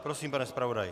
Prosím, pane zpravodaji.